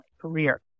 career